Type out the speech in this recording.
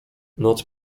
noc